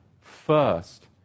first